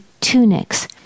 tunics